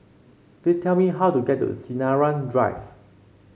please tell me how to get to Sinaran Drive